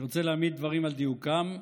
אני רוצה להעמיד דברים על דיוקם.